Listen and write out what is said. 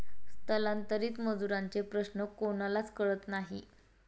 स्थलांतरित मजुरांचे प्रश्न कोणालाच कळत नाही